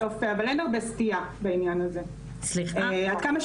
לתופעות של ניצול ואף סחר בבני אדם ולכן אנחנו